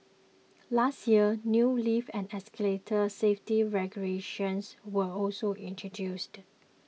last year new lift and escalator safety regulations were also introduced